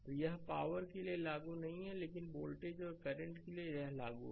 तो यह पावर के लिए लागू नहीं है लेकिन वोल्टेज और करंट के लिए यह लागू है